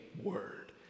word